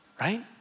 right